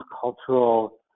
cultural